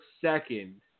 second